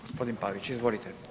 Gospodin Pavić, izvolite.